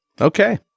okay